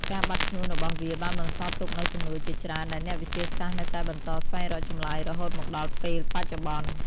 ការបាត់ខ្លួនរបស់វាបានបន្សល់ទុកនូវសំណួរជាច្រើនដែលអ្នកវិទ្យាសាស្ត្រនៅតែបន្តស្វែងរកចម្លើយរហូតមកដល់ពេលបច្ចុប្បន្ន។